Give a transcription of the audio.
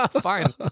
Fine